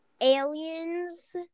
Aliens